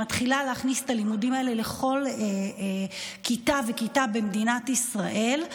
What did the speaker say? שמתחילה להכניס את הלימודים האלה לכל כיתה וכיתה במדינת ישראל,